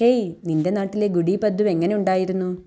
hey നിൻ്റെ നാട്ടിലെ ഗുഡി പദ്വ എങ്ങനെ ഉണ്ടായിരുന്നു